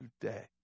today